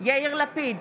יאיר לפיד,